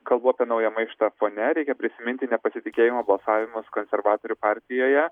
kalbu apie naują maištą fone reikia prisiminti nepasitikėjimą balsavimas konservatorių partijoje